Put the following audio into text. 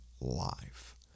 life